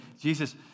Jesus